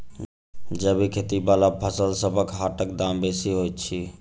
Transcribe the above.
जैबिक खेती बला फसलसबक हाटक दाम बेसी होइत छी